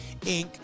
Inc